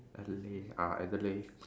Adelaide ah Adelaide